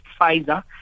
Pfizer